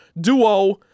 duo